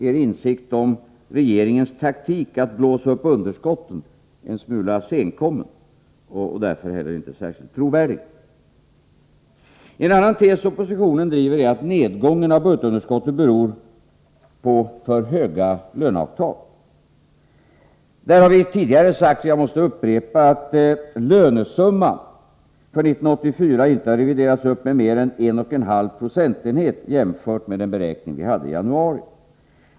Er insikt om regeringens taktik att blåsa upp underskotten verkar därför en smula senkommen — och därför inte heller särskilt trovärdig. En annan tes som oppositionen driver är att nedgången av budgetunderskottet beror på för höga löneavtal. Vi har tidigare sagt och jag måste upprepa det, att lönesumman för 1984 inte reviderats upp med mer än en och en halv procentenhet jämfört med beräkningen i januari.